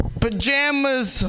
pajamas